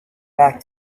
back